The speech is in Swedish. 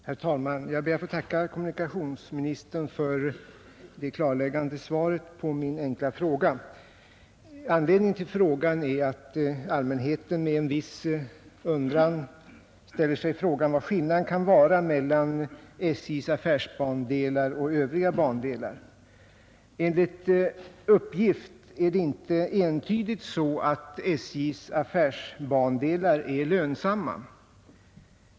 Herr talman! Jag ber att få tacka kommunikationsministern för det klarläggande svaret på min enkla fråga. Anledningen till denna är att allmänheten ställer sig frågan vad skillnaden kan vara mellan SJ:s affärsbandelar och övriga bandelar. Enligt uppgift är det inte entydigt så att SJ:s affärsbandelar är lönsamma.